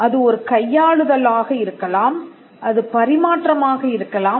அது ஒரு கையாளுதல் ஆக இருக்கலாம்அது பரிமாற்றமாக இருக்கலாம்